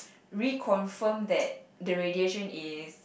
reconfirm that the radiation is